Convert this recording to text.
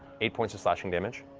eight points of slashing damage.